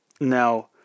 Now